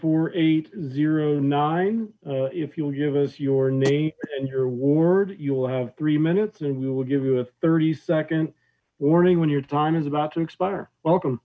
four eight zero nine if you'll give us your name and your award you will have three minutes and we will give you a thirty second warning when your time is about to expire welcome